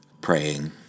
praying